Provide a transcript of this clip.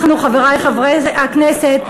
חברי חברי הכנסת,